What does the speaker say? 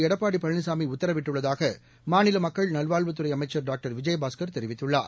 எடப்பாடி பழனிசாமி உத்தரவிட்டுள்ளதாக மாநில மக்கள் நல்வாழ்வுத்துறை அமைச்சர் டாக்டர் விஜயபாஸ்கர் தெரிவித்துள்ளார்